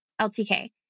LTK